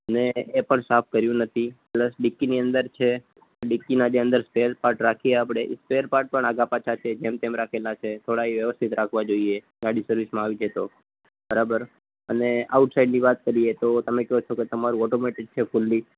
ને એ પણ સાફ કર્યું નથી પ્લસ ડિક્કીની અંદર છે ડિક્કીના જે અંદર સ્પેર પાર્ટ રાખીએ આપણે એ સ્પેર પાર્ટ પણ આઘા પાછા છે જેમ તેમ રાખેલાં છે થોડા એ વ્યવસ્થિત રાખવા જોઈએ ગાડી સર્વિસમાં આવી છે તો બરાબર અને આઉટ સાઇડની વાત કરીએ તો તમે કહો છો કે તમારું ઑટોમેટિક છે ફુલ્લી